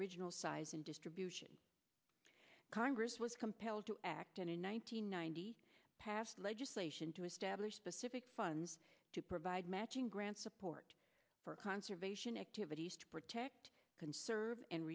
original size and distribution congress was compelled to act and in one nine hundred ninety passed legislation to establish specific funds to provide matching grant support for conservation activities to protect conserve and